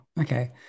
okay